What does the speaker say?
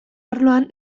arloan